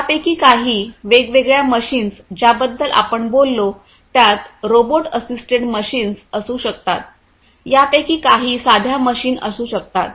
यापैकी काही वेगवेगळ्या मशीन्स ज्यांबद्दल आपण बोललो त्यात रोबोट असिस्टेड मशीन्स असू शकतात यापैकी काही साध्या मशीन असू शकतात